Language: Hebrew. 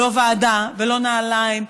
לא ועדה ולא נעליים.